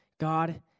God